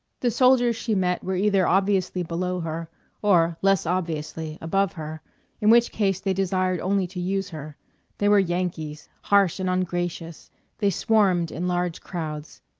the soldiers she met were either obviously below her or, less obviously, above her in which case they desired only to use her they were yankees, harsh and ungracious they swarmed in large crowds.